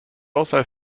also